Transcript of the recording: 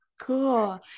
Cool